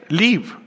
leave